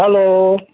hello